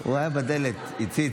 הוא היה בדלת, הציץ,